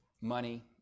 money